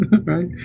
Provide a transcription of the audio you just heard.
Right